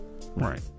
right